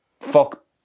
Fuck